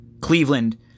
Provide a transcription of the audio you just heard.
Cleveland